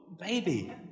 baby